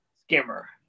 skimmer